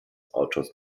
autors